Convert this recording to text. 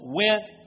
went